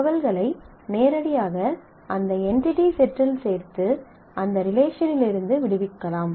தகவல்களை நேரடியாக அந்த என்டிடி செட்டில் சேர்த்து அந்த ரிலேஷனிலிருந்து விடுவிக்கலாம்